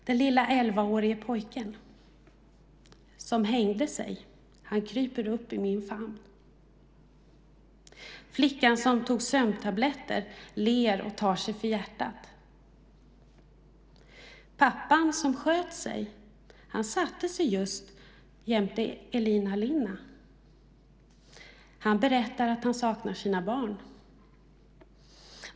Den lilla elvaåriga pojken som hängde sig kryper upp i min famn. Flickan som tog sömntabletter ler och tar sig för hjärtat. Pappan som sköt sig satte sig just jämte Elina Linna. Han berättar att han saknar sina barn.